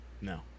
No